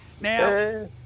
Now